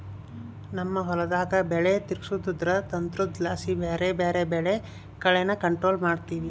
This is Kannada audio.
ನಮ್ ಹೊಲುದಾಗ ಬೆಲೆ ತಿರುಗ್ಸೋದ್ರುದು ತಂತ್ರುದ್ಲಾಸಿ ಬ್ಯಾರೆ ಬ್ಯಾರೆ ಬೆಳೆ ಬೆಳ್ದು ಕಳೇನ ಕಂಟ್ರೋಲ್ ಮಾಡ್ತಿವಿ